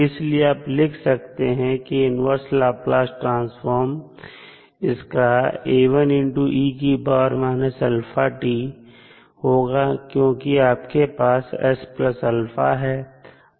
इसलिए आप लिख सकते हैं की इन्वर्स लाप्लास ट्रांसफॉर्म इसका होगा क्योंकि आपके पास है